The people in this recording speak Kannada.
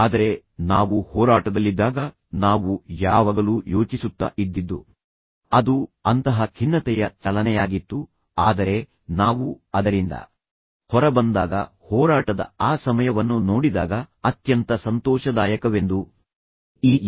ಆದರೆ ನಾವು ಹೋರಾಟದಲ್ಲಿದ್ದಾಗ ನಾವು ಯಾವಾಗಲೂ ಯೋಚಿಸುತ್ತ ಇದ್ದಿದ್ದು ಅದು ಅಂತಹ ಖಿನ್ನತೆಯ ಚಲನೆಯಾಗಿತ್ತು ಆದರೆ ನಾವು ಅದರಿಂದ ಹೊರಬಂದಾಗ ಮತ್ತು ನಾವು ಹಿಂದಿರುಗಿ ನೋಡಿದಾಗ ಹೋರಾಟದ ಆ ಸಮಯವನ್ನು ನೋಡಿದಾಗ ಅತ್ಯಂತ ಸಂತೋಷದಾಯಕವೆಂದು ತೋರುತ್ತದೆ ಎಂದು ಅವನು ಹೇಳುವ ಹೇಳುತ್ತಾನೆ